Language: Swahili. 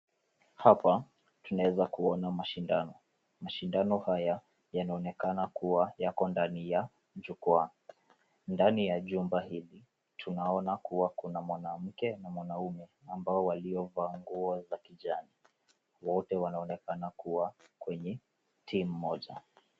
Hapa, tunaweza kuona mashindano. Mashindano haya, yanaonekana kuwa yako ndani ya, jukwaa. Ndani ya jumba hili, tunaona kuwa kuna mwanamke na mwanaume, ambao waliovaa nguo za kijani. Wote wanaonekana kuwa kwenye, timu moja.